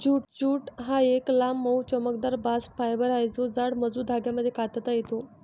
jute हा एक लांब, मऊ, चमकदार बास्ट फायबर आहे जो जाड, मजबूत धाग्यांमध्ये कातता येतो